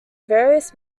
various